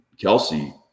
Kelsey